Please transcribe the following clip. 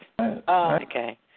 Okay